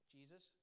Jesus